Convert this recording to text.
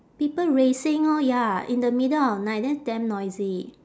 people racing orh ya in the middle of night that's damn noisy